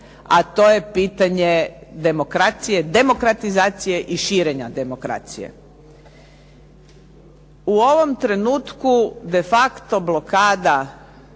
a to je pitanje demokracije, demokratizacije i širenja demokracije. U ovom trenutku de facto blokada